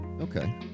Okay